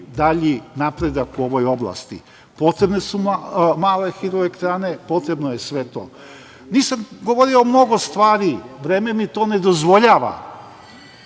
dalji napredak u ovoj oblasti. Potrebne su male hidroelektrane, potrebno je sve to. Nisam govorio o mnogo stvari, vreme mi to ne dozvoljava,